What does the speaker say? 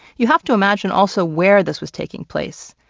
you have to imagine also where this was taking place.